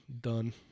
done